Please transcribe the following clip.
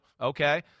Okay